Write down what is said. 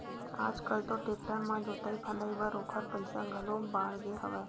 आज कल तो टेक्टर म जोतई फंदई बर ओखर पइसा घलो बाड़गे हवय